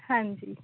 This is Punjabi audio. ਹਾਂਜੀ